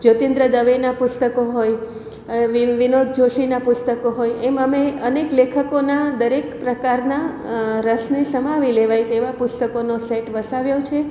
જ્યોતીન્દ્ર દવેના પુસ્તકો હોય વિનો વિનોદ જોશીના પુસ્તકો હોય એમ અમે અનેક લેખકોના દરેક પ્રકારના રસને સમાવી લેવાય એવા પુસ્તકોનો સેટ વસાવ્યો છે